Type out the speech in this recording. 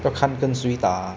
要看跟谁打